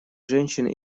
женщин